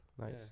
Nice